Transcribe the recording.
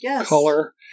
color